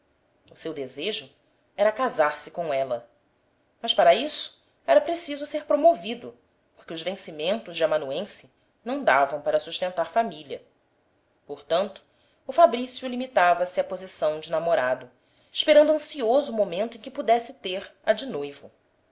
o seu desejo era casar-se com ela mas para isso era preciso ser promovido porque os vencimentos de amanuense não davam para sustentar família portanto o fabrício limitava-se à posição de namorado esperando ansioso o momento em que pudesse ter a de noivo